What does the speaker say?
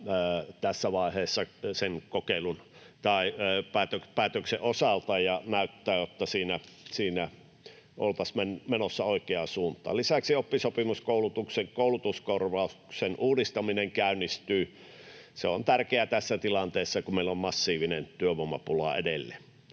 tässä vaiheessa sen kokeilun tai päätöksen osalta, ja näyttää, että siinä oltaisiin menossa oikeaan suuntaan. Lisäksi oppisopimuskoulutuksen koulutuskorvauksen uudistaminen käynnistyy. Se on tärkeää tässä tilanteessa, kun meillä on massiivinen työvoimapula edelleen.